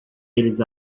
eles